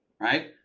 Right